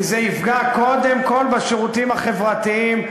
כי זה יפגע קודם כול בשירותים החברתיים,